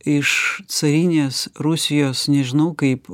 iš carinės rusijos nežinau kaip